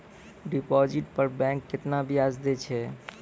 Deposit पर bank केतना ब्याज दै छै?